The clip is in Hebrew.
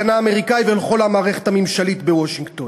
לשר ההגנה האמריקני ולכל מערכת הממשל בוושינגטון.